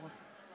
היושב-ראש.